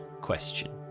question